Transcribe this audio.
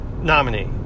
nominee